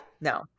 No